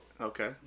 Okay